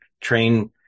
train